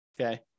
okay